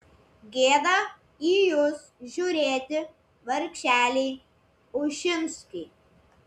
gėda į jus žiūrėti vargšeliai ušinskiai